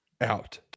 Out